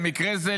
במקרה זה,